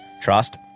trust